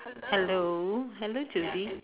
hello hello Judy